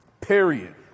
Period